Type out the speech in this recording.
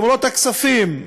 למרות הכספים,